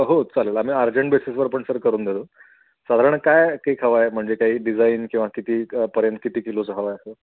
हो चालेल आम्ही अर्जंट बेसेसवर पण सर करून देतो साधारण काय केक हवा आहे म्हणजे काही डिझाईन किंवा कितीपर्यंत किती किलोचं हवा आहे असं